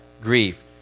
grief